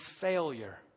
failure